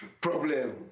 problem